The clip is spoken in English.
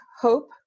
Hope